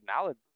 knowledge